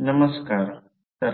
अभ्यास केला आहे